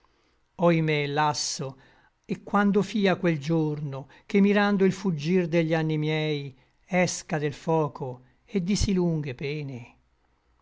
velo oïmè lasso e quando fia quel giorno che mirando il fuggir degli anni miei esca del foco et di sí lunghe pene